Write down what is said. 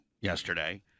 yesterday